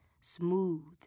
smooth